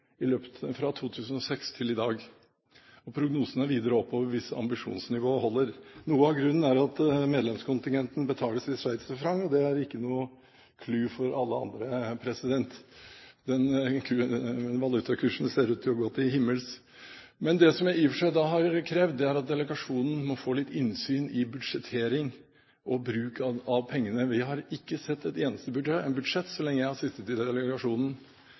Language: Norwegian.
fra 2006 til i dag, og prognosene er at den går videre oppover hvis ambisjonsnivået holder. Noe av grunnen er at medlemskontingenten betales i sveitsiske franc, og det er ikke noe clou for alle andre – den valutakursen ser ut til å gå til himmels. Det som jeg i og for seg har krevd, er at delegasjonen må få litt innsyn i budsjettering og bruk av pengene. Vi har ikke sett et eneste budsjett så lenge jeg har sittet i delegasjonen.